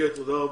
זה אמיתי.